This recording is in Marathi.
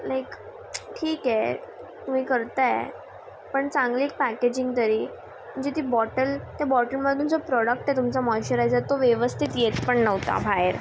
ला ठीके तुम्ही करताय पण चांगली एक पॅकेजिंग तरी जे ती बॉटल त्या बॉटलमदून जो प्रोडक्ट आहे तुमचा मॉइचरायजर तो व्यवस्थित येत पण नव्हता भाएर